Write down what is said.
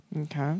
Okay